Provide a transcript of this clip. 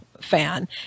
fan